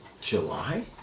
July